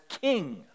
king